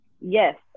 yes